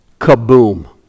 Kaboom